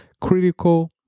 critical